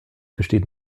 besteht